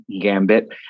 Gambit